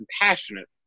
compassionate